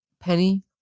penny